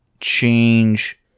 change